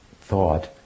thought